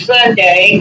Sunday